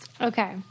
Okay